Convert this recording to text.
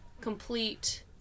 complete